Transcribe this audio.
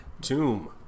tomb